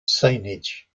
signage